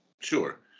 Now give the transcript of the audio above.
Sure